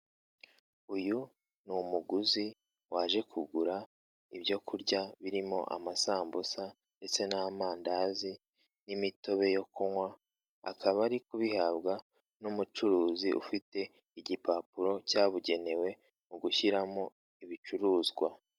Uyu ni umuguzi waje kugura ibyo kurya birimo amasambusa ndetse n'amandazi, n'imutobe yo kunywa, akaba ari kubihabwa n'umucuruzi ufite igipapuro cya bugenewe mu gushyiramo ibicuruzwa.